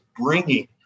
bringing